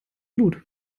blut